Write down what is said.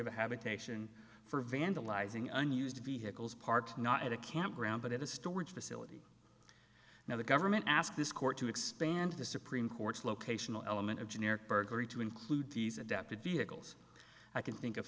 a habitation for vandalizing unused vehicles parked not at a campground but at a storage facility now the government asked this court to expand the supreme court's locational element of generic burglary to include visa debit vehicles i can think of